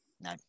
No